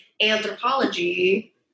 anthropology